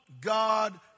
God